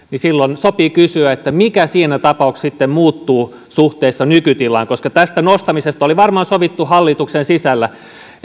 silloin sopii kysyä mikä siinä tapauksessa sitten muuttuu suhteessa nykytilaan koska tästä nostamisesta oli varmaan sovittu hallituksen sisällä